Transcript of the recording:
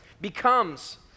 becomes